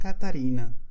Catarina